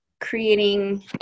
creating